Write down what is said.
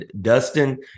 Dustin